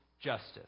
justice